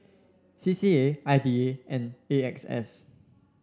C C A I D A and A X S